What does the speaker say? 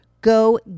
Go